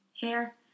hair